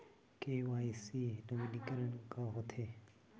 KYC नवीनीकरण का होथे?